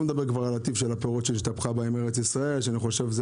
לא מדבר על טיב הפירות שהשתבחה בהם ארץ ישראל שאני חושב שזה